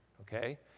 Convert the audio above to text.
okay